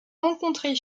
rencontrer